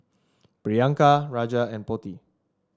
Priyanka Raja and Potti